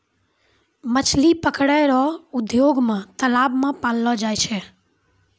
मछली पकड़ै रो उद्योग मे तालाब मे पाललो जाय छै